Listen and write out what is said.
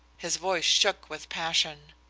his voice shook with passion.